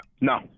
No